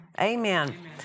Amen